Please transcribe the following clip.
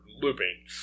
looping